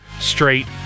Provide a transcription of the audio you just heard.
straight